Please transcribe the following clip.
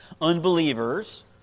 Unbelievers